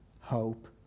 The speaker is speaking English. hope